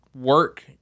work